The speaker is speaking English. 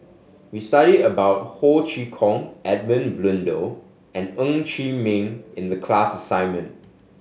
we studied about Ho Chee Kong Edmund Blundell and Ng Chee Meng in the class assignment